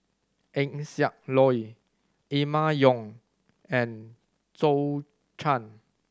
Eng Siak Loy Emma Yong and Zhou Can